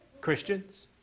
Christians